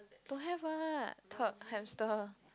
don't have ah talk hamster